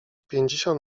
pięćdziesiąt